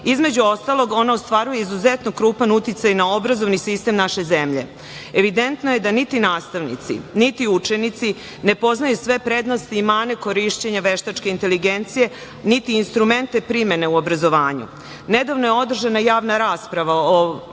Između ostalog ona ostvaruje izuzetno krupan uticaj na obrazovni sistem naše zemlje. Evidentno je da niti nastavnici niti učenici ne poznaju sve prednosti i mane korišćenja veštačke inteligencije niti instrumente primene u obrazovanju. Nedavno je održana javna rasprava o